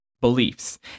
Beliefs